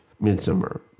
Midsummer